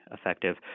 effective